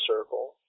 circle